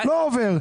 לא עובר.